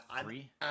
three